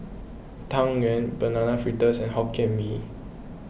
Tang Yuen Banana Fritters and Hokkien Mee